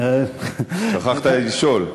שכחת לשאול.